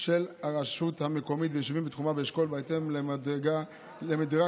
של הרשות המקומית ויישובים בתחומה באשכול בהתאם למדרג חברתי-כלכלי,